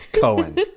Cohen